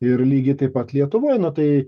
ir lygiai taip pat lietuvoj tai